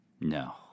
No